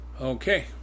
Okay